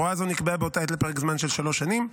באותה עת הוראה זו נקבעה לפרק זמן של שלוש שנים.